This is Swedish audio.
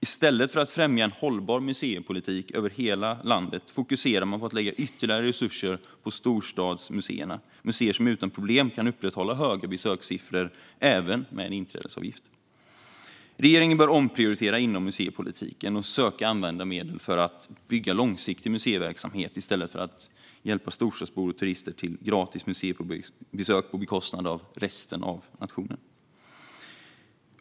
I stället för att främja en hållbar museipolitik i hela landet fokuserar man på att lägga ytterligare resurser på storstadsmuseerna, museer som utan problem kan upprätthålla höga besökssiffror även med en inträdesavgift. Regeringen bör omprioritera inom museipolitiken och söka använda medel för att bygga långsiktig museiverksamhet i stället för att hjälpa storstadsbor och turister till gratis museibesök på bekostnad av resten av nationen.